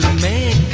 may